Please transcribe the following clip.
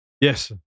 Yes